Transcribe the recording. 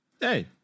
Hey